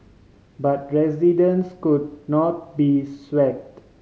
but residents could not be swayed